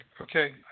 okay